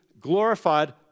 glorified